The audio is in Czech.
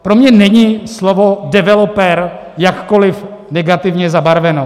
Pro mě není slovo developer jakkoli negativně zabarveno.